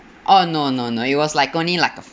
orh no no no it was like only like a